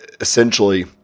essentially